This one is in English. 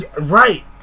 right